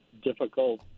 Difficult